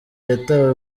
yatawe